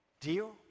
Deal